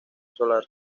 solar